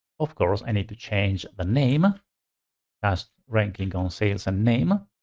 of course, i need to change the name as ranking on sales and name.